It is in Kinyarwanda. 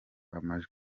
amajwi